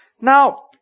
Now